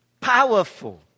powerful